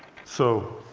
so,